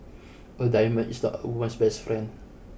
a diamond is not a woman's best friend